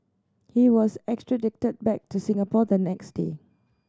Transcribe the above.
he was extradited back to Singapore the next day